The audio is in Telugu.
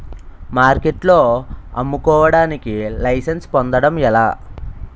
మార్కెట్లో అమ్ముకోడానికి లైసెన్స్ పొందడం ఎలా?